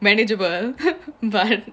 manageable but